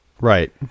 Right